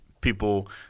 people